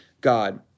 God